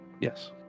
Yes